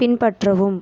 பின்பற்றவும்